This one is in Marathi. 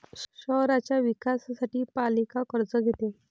शहराच्या विकासासाठी पालिका कर्ज घेते